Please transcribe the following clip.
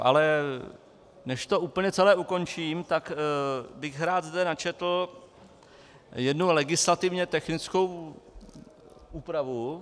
Ale než to úplně celé ukončím, tak bych zde rád načetl jednu legislativně technickou úpravu.